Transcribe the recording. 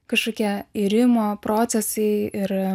kažkokie irimo procesai ir